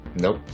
Nope